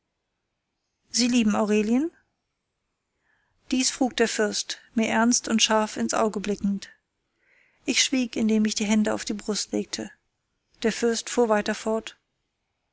sie lieben aurelien dies frug der fürst mir ernst und scharf ins auge blickend ich schwieg indem ich die hand auf die brust legte der fürst fuhr weiter fort